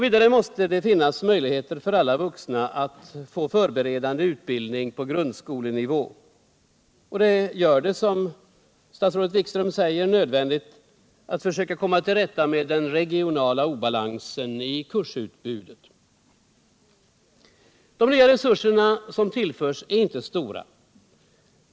Vidare måste det finnas möjligheter för alla vuxna att få förberedande utbildning på grundskolenivå. Detta gör det, som statsrådet Wikström säger, nödvändigt att försöka komma till rätta med den regionala obalansen i kursutbudet. De nya resurserna som tillförs är inte stora.